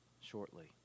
shortly